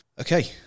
Okay